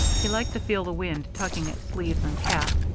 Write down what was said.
he liked to feel the wind tugging at sleeves and cap,